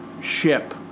ship